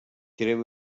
tireu